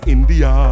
India